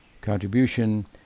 contribution